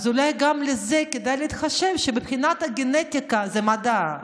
אולי כדאי גם להתחשב בכך שמבחינת הגנטיקה, זה מדע.